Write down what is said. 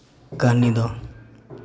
ᱠᱟᱹᱦᱱᱤ ᱫᱚ